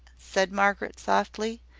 said margaret, softly.